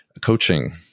coaching